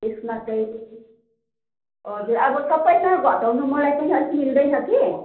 यसमा चाहिँ हजुर अब सबैमा घटाउनु मलाई पनि अलिक मिल्दैन कि